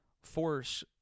force